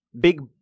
Big